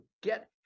get